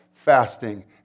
Fasting